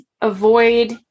avoid